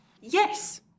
Yes